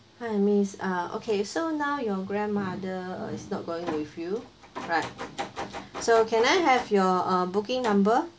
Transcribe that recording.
hi miss ah okay so now your grandmother uh is not going with you right so can I have your uh booking number